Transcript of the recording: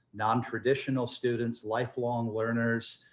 nontraditional students, life long learners.